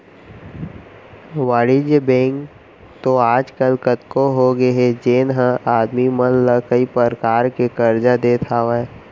वाणिज्य बेंक तो आज काल कतको होगे हे जेन ह आदमी मन ला कई परकार के करजा देत हावय